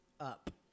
Up